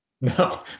No